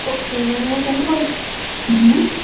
ஓகேங்க மேம் உங்களுக்கு என்னமாதிரி வேணும் மேம்